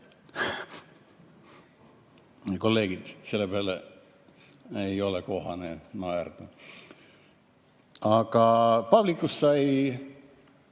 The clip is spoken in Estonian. Kolleegid, selle peale ei ole kohane naerda. Aga Pavlikust sai